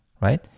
right